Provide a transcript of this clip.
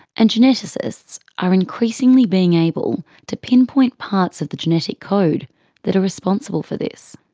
and geneticists are increasingly being able to pinpoint parts of the genetic code that are responsible for this.